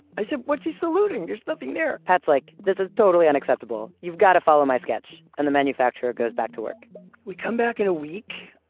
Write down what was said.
i said, what's he saluting? there's nothing there. pat's like, this is totally unacceptable. you've got to follow my sketch. and the manufacturer goes back to work we come back in a week,